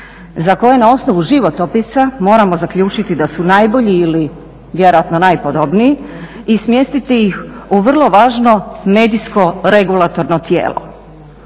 za koje na osnovu životopisa moramo zaključiti da su najbolji ili vjerojatno najpodobniji i smjestiti ih u vrlo važno medijsko regulatorno tijelo.